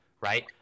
right